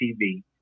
TV